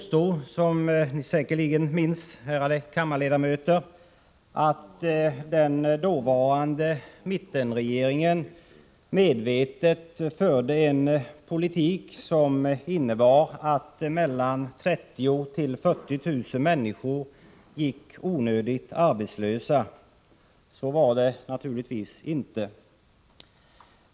Som ni säkerligen minns, ärade kammarledamöter, påstod de då att den dåvarande mittenregeringen medvetet förde en politik som innebar att 30 000-40 000 människor gick onödigt arbetslösa. Så var det naturligtvis inte.